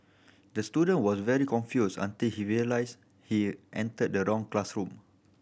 the student was very confused until he realised he entered the wrong classroom